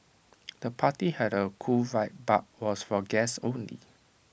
the party had A cool vibe but was for guests only